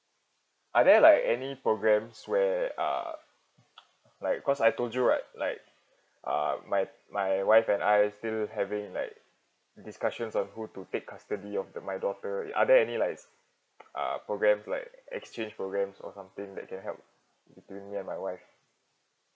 are there like any programs where uh like cause I told you right like uh my my wife and I still feel having like discussions of who to take custody of the my daughter are there any like uh programs like exchange programs or something that can help between me and my wife